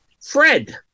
Fred